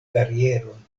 karieron